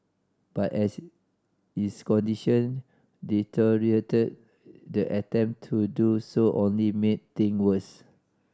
but as his condition deteriorated the attempt to do so only made thing worse